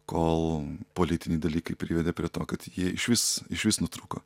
kol politiniai dalykai privedė prie to kad jie išvis išvis nutrūko